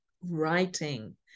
writing